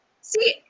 see